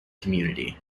community